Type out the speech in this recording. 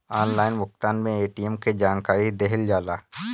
Online भुगतान में ATM के जानकारी दिहल जाला?